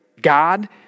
God